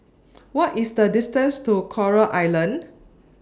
What IS The distance to Coral Island